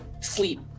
sleep